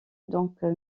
donc